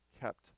kept